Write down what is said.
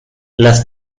las